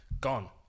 Gone